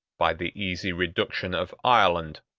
by the easy reduction of ireland,